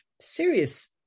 serious